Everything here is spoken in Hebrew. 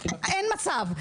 אין מצב,